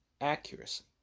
accuracy